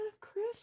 Chris